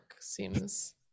seems